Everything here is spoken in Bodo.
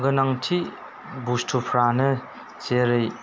गोनांथि बुस्थुफ्रानो जेरै